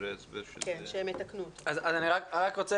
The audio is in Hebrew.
אני רוצה